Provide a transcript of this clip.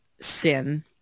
sin